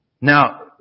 Now